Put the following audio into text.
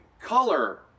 color